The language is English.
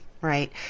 right